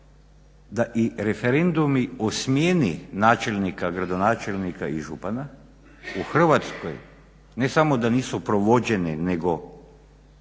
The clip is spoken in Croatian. da i referendumi o smjeni načelnika, gradonačelnika i župana u Hrvatskoj ne samo da nisu provođene nego